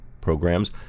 programs